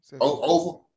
Over